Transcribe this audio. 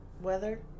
Weather